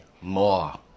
more